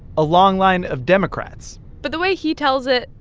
a long line of democrats but the way he tells it,